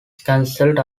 canceled